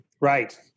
Right